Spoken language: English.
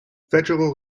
federal